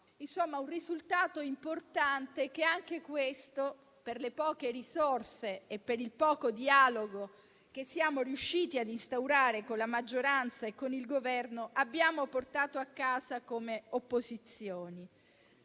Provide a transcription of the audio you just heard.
Insomma, è un risultato importante che, per le poche risorse e per il poco dialogo che siamo riusciti a instaurare con la maggioranza e con il Governo, abbiamo portato a casa come opposizioni.